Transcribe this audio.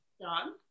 John